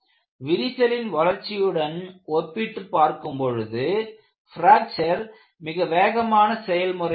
விரிசலின் வளர்ச்சியுடன் ஒப்பிட்டு பார்க்கும்பொழுது பிராக்சர் மிக வேகமான செயல்முறையாகும்